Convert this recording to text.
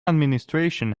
administration